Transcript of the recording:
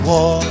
War